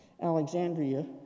Alexandria